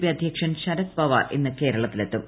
P അദ്ധ്യക്ഷൻ ശരത് പവാർ ഇന്ന് കേരളത്തിലെത്തും